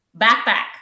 Backpack